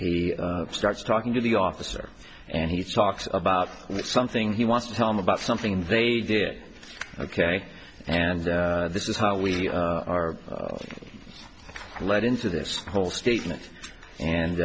he starts talking to the officer and he talks about something he wants to tell him about something they did ok and this is how we are led into this whole statement and